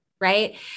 Right